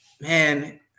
man